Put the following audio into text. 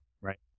Right